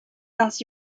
ainsi